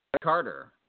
Carter